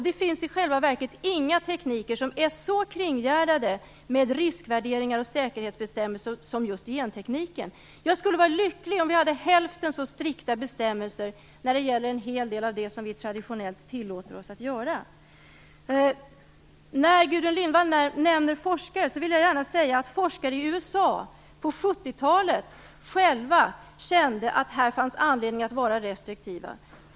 Det finns i själva verket inga tekniker som är så kringgärdade med riskvärderingar och säkerhetsbestämmelser som just gentekniken. Jag skulle vara lycklig om vi hade hälften så strikta bestämmelser när det gäller en hel del av det som vi traditionellt tillåter oss att göra. När Gudrun Lindvall nämner forskare vill jag gärna säga att forskare i USA på 70-talet själva kände att det här fanns anledning att vara restriktiv.